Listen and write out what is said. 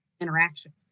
interaction